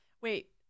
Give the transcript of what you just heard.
wait